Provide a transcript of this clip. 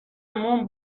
موم